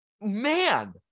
man